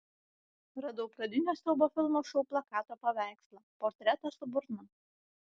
radau pradinio siaubo filmo šou plakato paveikslą portretą su burna